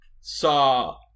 saw